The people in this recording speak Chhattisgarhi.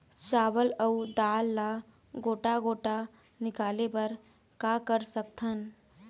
चावल अऊ दाल ला गोटा गोटा निकाले बर का कर सकथन?